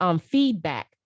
feedback